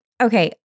okay